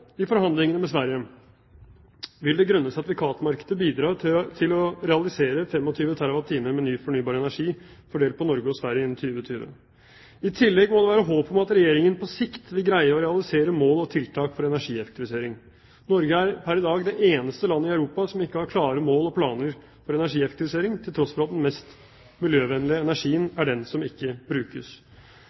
i forhandlingene med Sverige, vil det grønne sertifikatmarkedet bidra til å realisere 25 TWh med ny fornybar energi fordelt på Norge og Sverige innen 2020. I tillegg må det være håp om at Regjeringen på sikt vil greie å realisere mål og tiltak for energieffektivisering. Norge er pr. i dag det eneste landet i Europa som ikke har klare mål og planer for energieffektivisering, til tross for at den mest miljøvennlige energien er den som ikke brukes.